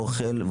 אוכל.